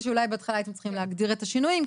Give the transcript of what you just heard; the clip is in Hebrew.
שאולי בהתחלה הייתם צריכים להגדיר את השינויים,